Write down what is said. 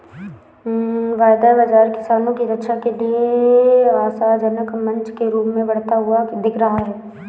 वायदा बाजार किसानों की रक्षा के लिए आशाजनक मंच के रूप में बढ़ता हुआ दिख रहा है